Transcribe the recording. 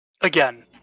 again